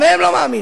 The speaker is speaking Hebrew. גם הם לא מאמינים.